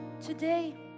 Today